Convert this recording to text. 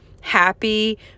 happy